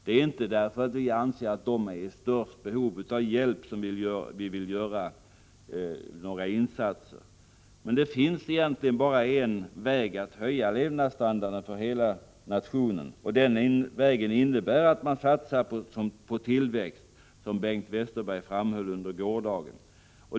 De insatser vi vill göra beror inte på att just dessa grupper skulle vara i störst behov av hjälp. Men det finns egentligen bara en väg att höja levnadsstandarden för hela nationen, och den vägen är att man satsar på tillväxt, som Bengt Westerberg framhöll under gårdagen.